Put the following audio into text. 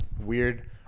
Weird